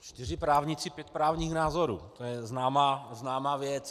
Čtyři právníci, pět právních názorů známá věc.